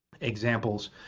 examples